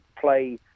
play